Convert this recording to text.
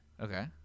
Okay